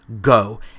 Go